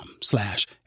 slash